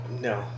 No